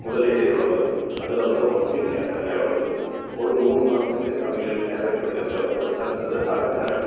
முதலீடு எவ்வளவு அதில் வந்து ஒர்க்கிங் கேப்பிட்டல் எவ்வளவு ஒரு மூணு மாதத்துக்கு அவங்களுக்கு தேவைப்படுகிறது எவ்வளவு அடுத்தது அதுக்கான